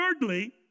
thirdly